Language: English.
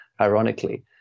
ironically